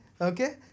Okay